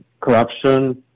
corruption